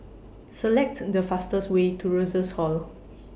Select The fastest Way to Rosas Hall